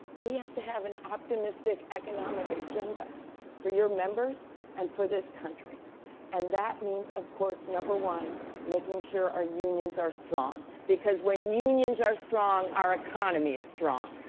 we have to have an optimistic economic agenda for your members and for this country and that means of course number one making sure our unions are strong because when unions are strong, our economy is strong.